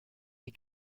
wie